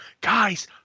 guys